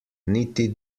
niti